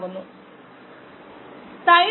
75 v 0